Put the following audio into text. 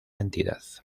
entidad